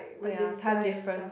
oh ya time difference